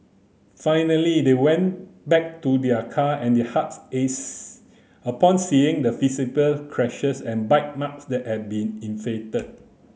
finally they went back to their car and their hearts upon seeing the visible scratches and bite marks that had been inflicted